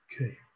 Okay